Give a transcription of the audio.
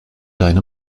deine